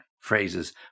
phrases